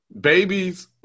babies